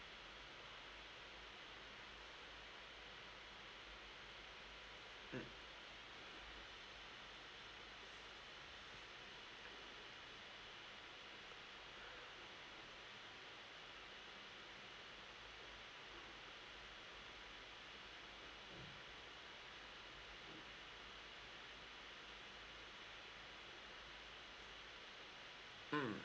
mm mm